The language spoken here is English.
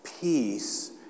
peace